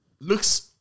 Looks